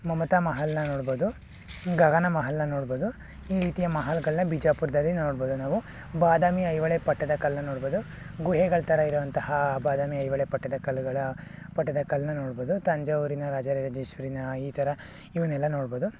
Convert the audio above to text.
ಮಮತಾ ಮಹಲ್ನ ನೋಡ್ಬೋದು ಗಗನ ಮಹಲ್ನ ನೋಡ್ಬೋದು ಈ ರೀತಿಯ ಮಹಲ್ಗಳನ್ನ ಬಿಜಾಪುರದಲ್ಲಿ ನೋಡ್ಬೋದು ನಾವು ಬಾದಾಮಿ ಐಹೊಳೆ ಪಟ್ಟದಕಲ್ಲು ನೋಡ್ಬೋದು ಗುಹೆಗಳ ಥರ ಇರುವಂತಹ ಬಾದಾಮಿ ಐಹೊಳೆ ಪಟ್ಟದಕಲ್ಲುಗಳ ಪಟ್ಟದಕಲ್ಲನ್ನ ನೋಡ್ಬೋದು ತಂಜಾವೂರಿನ ರಾಜರಾಜೇಶ್ವರಿನ ಈ ಥರ ಇವನ್ನೆಲ್ಲ ನೋಡ್ಬೋದು